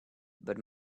but